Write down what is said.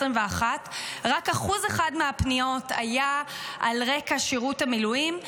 רק 1% מהפניות היה על רקע שירות המילואים,